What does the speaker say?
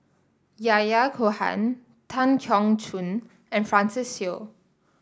Yahya Cohen Tan Keong Choon and Francis Seow